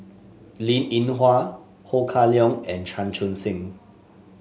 Linn In Hua Ho Kah Leong and Chan Chun Sing